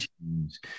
teams